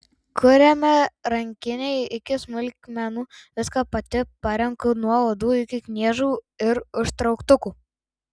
kuriamai rankinei iki smulkmenų viską pati parenku nuo odų iki kniedžių ir užtrauktukų